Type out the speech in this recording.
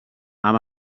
amb